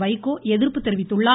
வைகோ எதிர்ப்பு தெரிவித்துள்ளார்